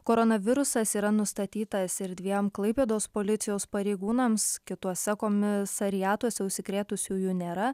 koronavirusas yra nustatytas ir dviem klaipėdos policijos pareigūnams kituose komisariatuose užsikrėtusiųjų nėra